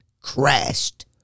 crashed